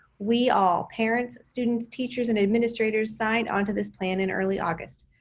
we all parents, students, teachers and administrators signed onto this plan in early august.